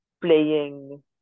playing